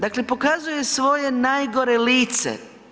Dakle, pokazuje svoje najgore lice.